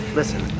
listen